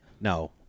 No